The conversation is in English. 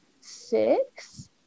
six